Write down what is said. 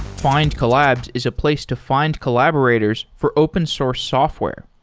findcollabs is a place to find collaborators for open source software.